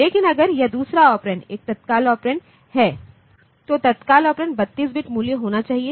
लेकिन अगर यह दूसरा ऑपरेंड एक तत्काल ऑपरेंड है तो तत्काल ऑपरेंड 32 बिट मूल्य होना चाहिए